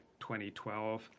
2012